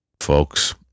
Folks